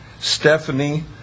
Stephanie